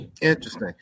Interesting